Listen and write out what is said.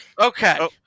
Okay